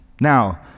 Now